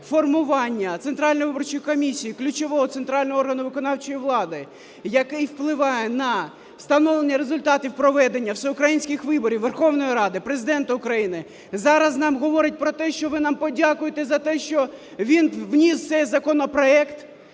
формування Центральної виборчої комісії, ключового центрального органу виконавчої влади, який впливає на встановлення результатів проведення всеукраїнських виборів Верховної Ради, Президента України, зараз нам говорить про те, що ви нам подякуйте за те, що він вніс цей законопроект,